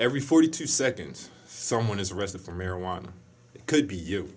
every forty two seconds someone is arrested for marijuana it could be you